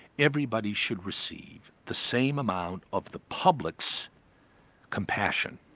everybody should receive the same amount of the public's compassion.